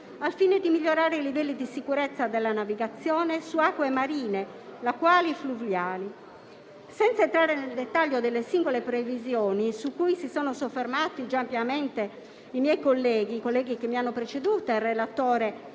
al fine di migliorare i livelli di sicurezza della navigazione su acque marine lacuali e fluviali. Senza entrare nel dettaglio delle singole previsioni, su cui si sono soffermati già ampiamente i miei colleghi - i senatori che mi hanno preceduto e il relatore,